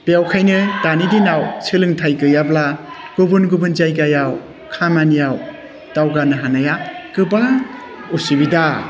बेवहायनो दानि दिनाव सोलोंथाइ गैयाब्ला गुबुन गुबुन जायगायाव खामानियाव दावगानो हानाया गोबां उसुबिदा